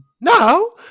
No